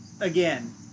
again